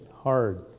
hard